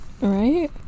Right